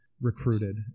recruited